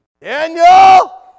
Daniel